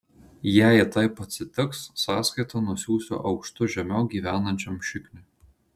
jei taip atsitiks sąskaitą nusiųsiu aukštu žemiau gyvenančiam šikniui